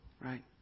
right